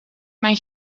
mijn